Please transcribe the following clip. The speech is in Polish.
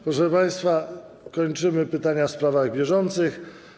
Proszę państwa, kończymy pytania w sprawach bieżących.